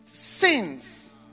Sins